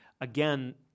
Again